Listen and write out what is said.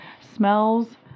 smells